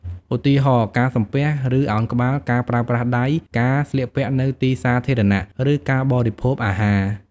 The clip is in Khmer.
ឧទាហរណ៍ ការសំពះ ឬឱនក្បាល ការប្រើប្រាស់ដៃ ការស្លៀកពាក់នៅទីសាធារណៈ ឬការបរិភោគអាហារ។